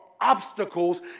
obstacles